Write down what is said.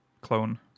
clone